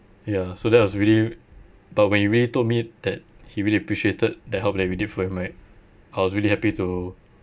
ya so that was really but when he really told me that he really appreciated that help that we did for him right I was really happy to